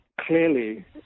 clearly